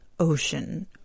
ocean